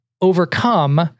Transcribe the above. overcome